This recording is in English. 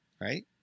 Right